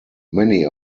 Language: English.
many